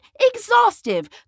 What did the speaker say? exhaustive